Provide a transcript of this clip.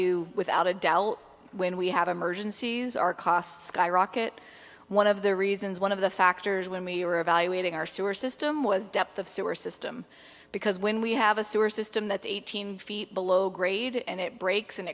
you without a doubt when we have emergencies our costs skyrocket one of the reasons one of the factors when we were evaluating our sewer system was depth of sewer system because when we have a sewer system that's eighteen feet below grade and it breaks and